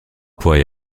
pois